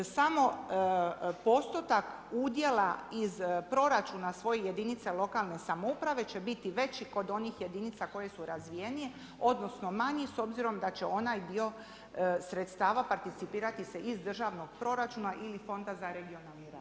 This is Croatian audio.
Samo postotak udjela iz proračuna svojih jedinica lokalne samouprave će biti kod onih jedinica koje su razvijenije, odnosno manje s obzirom da će onaj dio sredstava participirati se iz državnog proračuna ili Fonda za regionalni razvoj.